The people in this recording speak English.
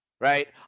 Right